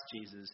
Jesus